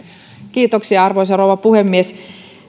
kiitoksia arvoisa rouva puhemies